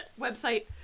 website